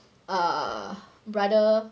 err brother